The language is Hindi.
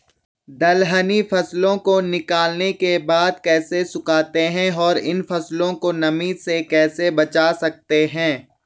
दलहनी फसलों को निकालने के बाद कैसे सुखाते हैं और इन फसलों को नमी से कैसे बचा सकते हैं?